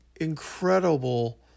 incredible